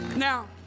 Now